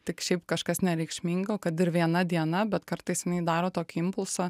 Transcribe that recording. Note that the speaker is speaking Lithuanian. tik šiaip kažkas nereikšmingo kad ir viena diena bet kartais jinai daro tokį impulsą